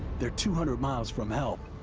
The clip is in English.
they're two hundred miles from help.